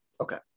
Okay